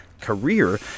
career